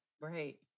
Right